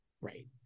Right